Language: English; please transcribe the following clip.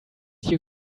you